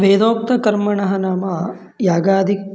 वेदोक्तकर्मणः नाम यागादि